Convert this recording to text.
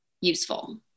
useful